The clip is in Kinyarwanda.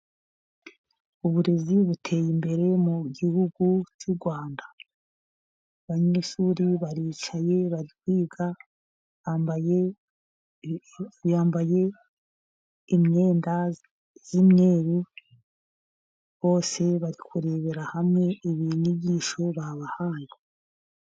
Uburezi buteye imbere mu Gihugu cy'u Rwanda abanyeshuri baricaye bari kwigaga bambaye yambaye imyenda y'imyeru bose bari kurebera hamwe ibiyigisho babahaye.